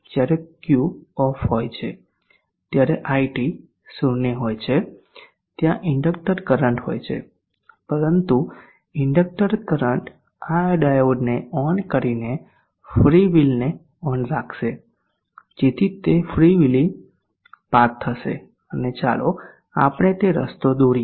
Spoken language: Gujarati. જ્યારે Q ઓફ હોય ત્યારે iT 0 હોય છે ત્યાં ઇન્ડકટર કરંટ હોય છે પરંતુ ઇન્ડકટર કરંટ આ ડાયોડને ઓન કરીને ફ્રી વ્હીલને ઓન રાખશે જેથી તે ફ્રી વ્હીલિંગ પાથ થશે અને ચાલો આપણે તે રસ્તો દોરીએ